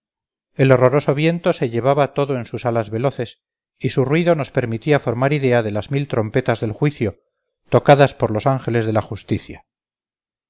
el horroroso viento se llevaba todo en sus alas veloces y su ruido nos permitía formar idea de las mil trompetas del juicio tocadas por los ángeles de la justicia